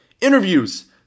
Interviews